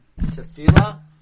Tefillah